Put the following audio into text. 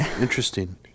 interesting